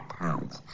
pounds